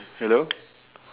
hello